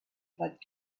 flood